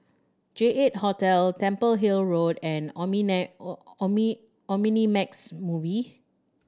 J Eight Hotel Temple Hill Road and Omnimax Movie